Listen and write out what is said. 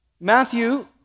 Matthew